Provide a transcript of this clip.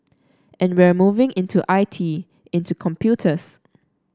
and we're moving into I T into computers